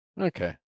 Okay